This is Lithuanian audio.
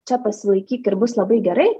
čia pasilaikyk ir bus labai gerai